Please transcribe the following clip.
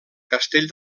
castell